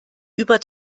über